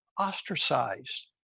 ostracized